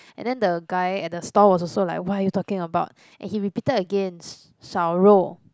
and then the guy at the stall was also like what are you talking about and he repeated again 烧肉